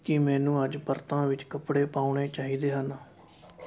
ਕੀ ਮੈਨੂੰ ਅੱਜ ਪਰਤਾਂ ਵਿੱਚ ਕੱਪੜੇ ਪਾਉਣੇ ਚਾਹੀਦੇ ਹਨ